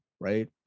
right